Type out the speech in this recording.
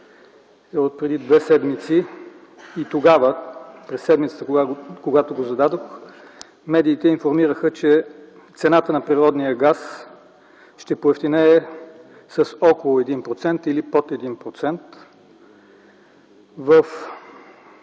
е отпреди две седмици. И тогава, през седмицата, когато го зададох, медиите информираха, че цената на природния газ ще поевтинее с около 1% или под 1%.